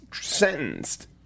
sentenced